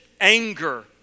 anger